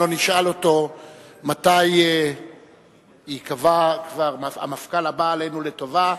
לא נשאל אותו מתי ייקבע המפכ"ל הבא עלינו לטובה,